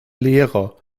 lehrer